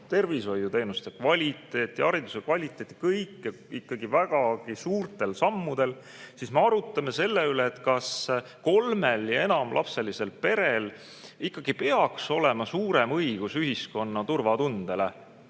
tervishoiuteenuste kvaliteeti ja hariduse kvaliteeti – kõike vägagi suurte sammudega. Aga me arutame selle üle, kas kolme ja enama lapsega perel ikkagi peaks olema suurem õigus ühiskonna turvatundele